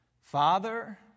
Father